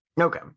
Okay